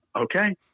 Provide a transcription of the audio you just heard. okay